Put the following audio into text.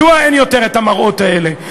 מדוע אין יותר המראות האלה?